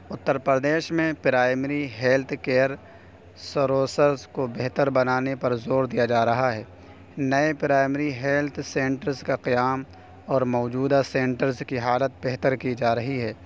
اتّر پردیش میں primary health care services کو بہتر بنانے پر زور دیا جا رہا ہے نئے پرائمری ہیلتھ سنٹرس کا قیام اور موجودہ سنٹرس کی حالت بہتر کی جا رہی ہے